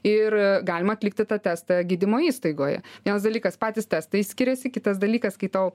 ir galima atlikti tą testą gydymo įstaigoje vienas dalykas patys testai skiriasi kitas dalykas kai tau